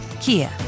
Kia